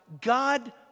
God